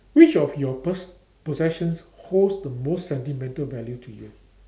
which of your pos~ possession holds the most sentimental value to you